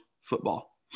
football